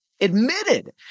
admitted